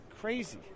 crazy